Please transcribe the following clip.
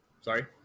Sorry